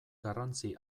garrantzi